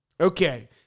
Okay